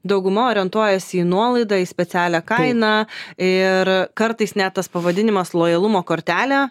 dauguma orientuojasi į nuolaidą į specialią kainą ir kartais net tas pavadinimas lojalumo kortelė